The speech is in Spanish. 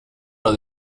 los